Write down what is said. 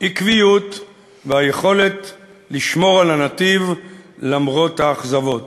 עקביות והיכולת לשמור על הנתיב למרות האכזבות.